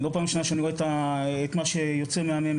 זאת לא פעם ראשונה שאני רואה את מה שיוצא מהממ"מ,